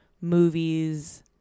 movies